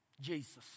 Jesus